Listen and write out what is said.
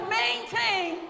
maintain